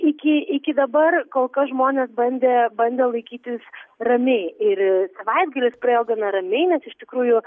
iki iki dabar kol kas žmonės bandė bandė laikytis ramiai ir savaitgalis praėjo gana ramiai nes iš tikrųjų